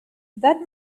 that